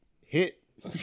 hit